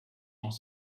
noch